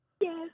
Yes